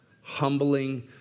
humbling